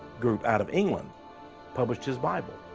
group out of england published his bible.